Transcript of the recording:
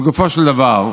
לגופו של דבר,